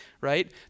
right